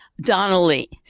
Donnelly